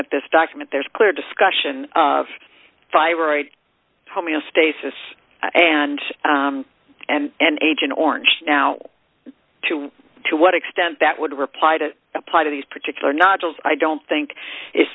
at this document there's clear discussion of fire right homeostasis and and an agent orange now to to what extent that would reply to apply to these particular nodules i don't think it's